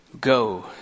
Go